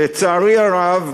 לצערי הרב,